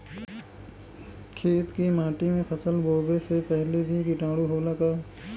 खेत के माटी मे फसल बोवे से पहिले भी किटाणु होला का?